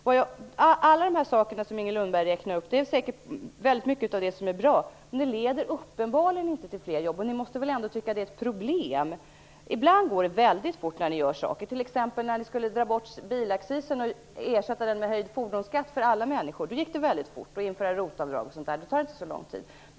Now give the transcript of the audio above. Av alla de saker som Inger Lundberg räknar upp är det säkert mycket som är bra. Men det leder uppenbarligen inte till fler jobb. Ni måste väl ändå tycka att det är ett problem? Ibland går det väldigt fort när ni gör saker. När ni t.ex. skulle dra bort bilaccisen och ersätta den med höjd fordonsskatt för alla människor gick det väldigt fort. När ni skulle införa ROT-avdrag tog det inte heller så lång tid.